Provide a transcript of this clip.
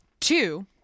Two